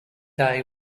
day